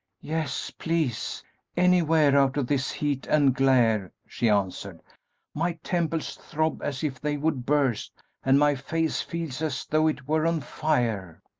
yes, please anywhere out of this heat and glare, she answered my temples throb as if they would burst and my face feels as though it were on fire!